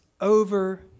over